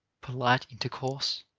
polite intercourse,